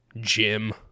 Jim